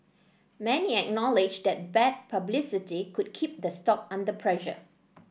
many acknowledge that bad publicity could keep the stock under pressure